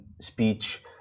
speech